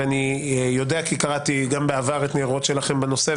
ואני יודע כי קראתי גם בעבר את הניירות שלכם בנושא,